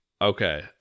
okay